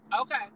Okay